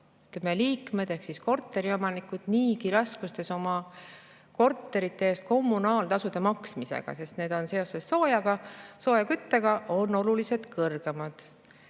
liikmed ehk korteriomanikud niigi raskustes oma korterite eest kommunaaltasude maksmisega, sest need on seoses küttega oluliselt kõrgemad.